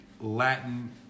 Latin